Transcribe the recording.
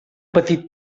petit